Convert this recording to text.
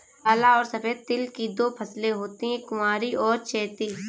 काला और सफेद तिल की दो फसलें होती है कुवारी और चैती